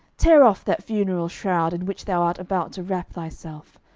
tear off that funeral shroud in which thou art about to wrap thyself.